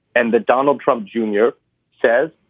and the donald trump junior says,